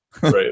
Right